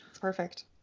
Perfect